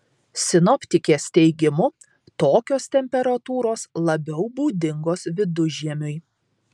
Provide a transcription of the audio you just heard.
sinoptikės teigimu tokios temperatūros labiau būdingos vidužiemiui